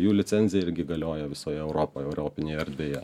jų licenzija irgi galioja visoj europoje europinėj erdvėje